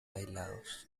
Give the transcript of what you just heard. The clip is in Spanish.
aislados